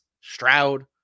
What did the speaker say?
Stroud